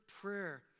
prayer